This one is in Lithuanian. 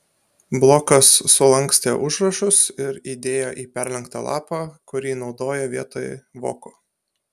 blokas sulankstė užrašus ir įdėjo į perlenktą lapą kurį naudojo vietoj voko